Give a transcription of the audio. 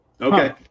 Okay